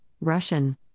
Russian